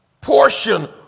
portion